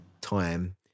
time